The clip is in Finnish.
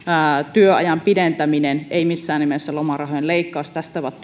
työajan pidentäminen ei missään nimessä lomarahojen leikkaus tästä ovat